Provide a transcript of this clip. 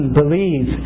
believe